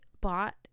bought